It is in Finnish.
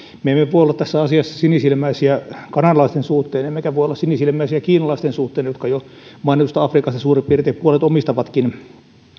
me emme voi olla tässä asiassa sinisilmäisiä kanadalaisten suhteen emmekä voi olla sinisilmäisiä kiinalaisten suhteen jotka mainitusta afrikassa suurin piirtein puolet jo omistavatkin